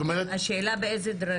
השאלה באיזה דרגים.